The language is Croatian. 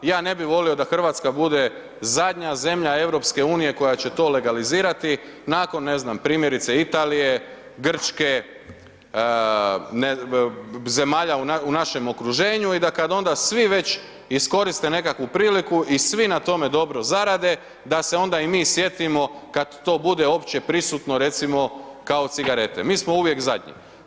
Ja ne bi volio da RH bude zadnja zemlja EU koja će to legalizirati, nakon ne znam, primjerice Italije, Grčke, zemalja u našem okruženju i da kad onda svi već iskoriste nekakvu priliku i svi na tome dobro zarade, da se onda i mi sjetimo kad to bude opće prisutno, recimo kao cigarete, mi smo uvijek zadnji.